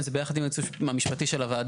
זה ביחד עם היועץ המשפטי של הוועדה,